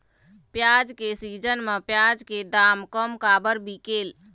प्याज के सीजन म प्याज के दाम कम काबर बिकेल?